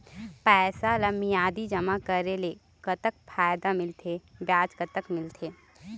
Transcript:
पैसा ला मियादी जमा करेले, कतक फायदा मिलथे, ब्याज कतक मिलथे?